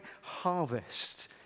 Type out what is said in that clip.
harvest